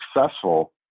successful